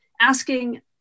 asking